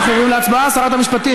אנחנו עוברים להצבעה, שרת המשפטים?